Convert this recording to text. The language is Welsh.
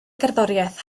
gerddoriaeth